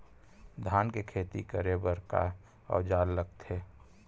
धान के खेती करे बर का औजार लगथे?